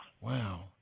Wow